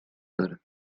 داره